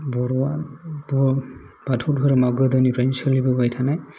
बर'आ बाथौ धोरोमा गोदोनिफ्रायनो सोलिबोबाय थानाय